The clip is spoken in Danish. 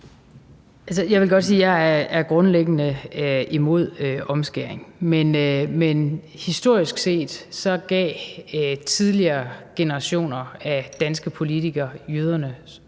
jeg vil godt sige, at jeg er grundlæggende imod omskæring. Men historisk set gav tidligere generationer af danske politikere jøderne